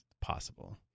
possible